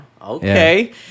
okay